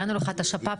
הראנו לך את השפ"פים,